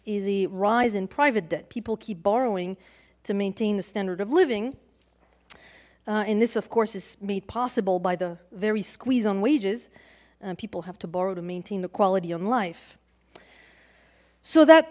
a rise in private debt people keep borrowing to maintain the standard of living and this of course is made possible by the very squeeze on wages people have to borrow to maintain the quality on life so that